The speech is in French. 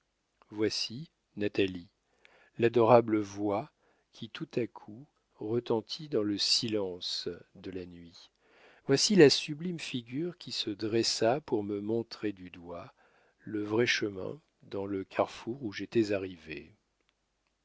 voici natalie l'adorable voix qui tout à coup retentit dans le silence de la nuit voici la sublime figure qui se dressa pour me montrer du doigt le vrai chemin dans le carrefour où j'étais arrivé